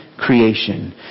creation